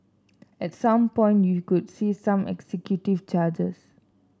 at some point you could see some executive charges